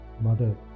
Mother